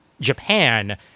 japan